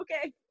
okay